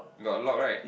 got lock right